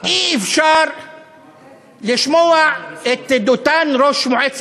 כמו שאמר השר בנט,